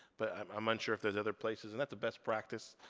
but i'm unsure if there's other places, and that's a best practice,